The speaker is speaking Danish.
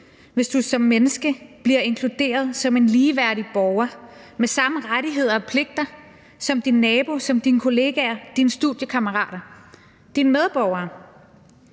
hvis du som menneske bliver inkluderet som en ligeværdig borger med samme rettigheder og pligter som din nabo, som dine kolleger, som dine studiekammerater. Det er medborgere.